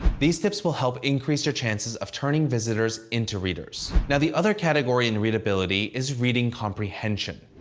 these tips will help increase your chances of turning visitors into readers. now, the other category in readability is reading comprehension.